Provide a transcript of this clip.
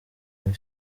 kuri